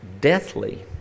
deathly